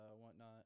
whatnot